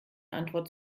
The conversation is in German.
antwort